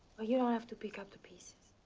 but you don't have to pick up the pieces.